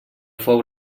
fou